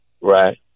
right